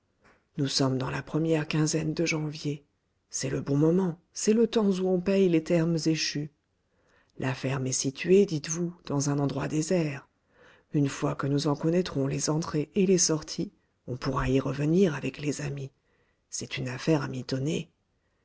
nous sommes dans la première quinzaine de janvier c'est le bon moment c'est le temps où on paye les termes échus la ferme est située dites-vous dans un endroit désert une fois que nous en connaîtrons les entrées et les sorties on pourra y revenir avec les amis c'est une affaire à mitonner